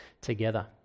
together